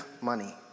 money